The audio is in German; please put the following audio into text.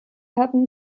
haben